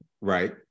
right